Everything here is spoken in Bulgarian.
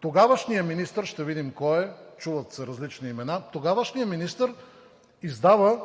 тогавашният министър – ще видим кой е, чуват се различни имена, издава